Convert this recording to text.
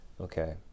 Okay